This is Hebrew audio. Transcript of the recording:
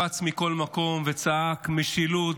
רץ מכל מקום וצעק: משילות,